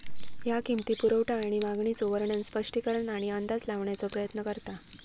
ह्या किंमती, पुरवठा आणि मागणीचो वर्णन, स्पष्टीकरण आणि अंदाज लावण्याचा प्रयत्न करता